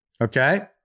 okay